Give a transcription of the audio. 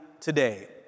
today